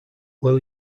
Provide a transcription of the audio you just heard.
will